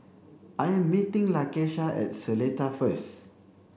I am meeting Lakesha at Seletar first